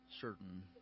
certain